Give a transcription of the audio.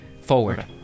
forward